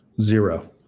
zero